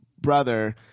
brother